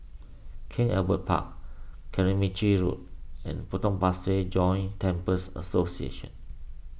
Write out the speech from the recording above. King Albert Park Carmichael Road and Potong Pasir Joint Temples Association